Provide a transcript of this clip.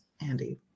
Andy